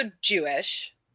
Jewish